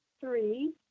Three